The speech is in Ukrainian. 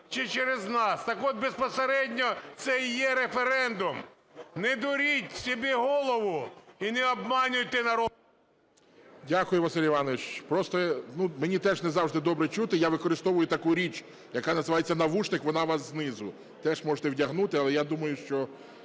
чи через нас. Так от безпосередньо – це і є референдум. Не дуріть собі голову і не обманюйте народ. ГОЛОВУЮЧИЙ. Дякую, Василь Іванович. Просто, мені теж не завжди добре чути, я використовую таку річ, яка називається навушник, вона у вас знизу, теж можете вдягнути, але я думаю, що